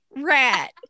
rat